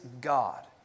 God